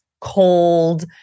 Cold